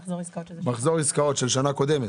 מחזור עסקאות של שנה קודמת.